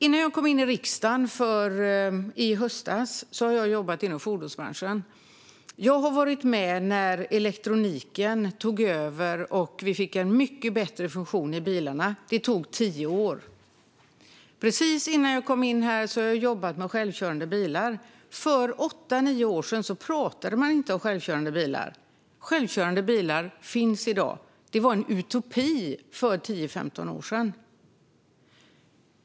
Innan jag kom in i riksdagen i höstas jobbade jag inom fordonsbranschen. Jag har varit med när elektroniken tog över och det blev mycket bättre funktioner i bilarna. Det tog tio år. Precis innan jag kom in i riksdagen jobbade jag med självkörande bilar. För åtta nio år sedan pratade man inte om självkörande bilar. Självkörande bilar finns i dag, men de var en utopi för tio femton år sedan.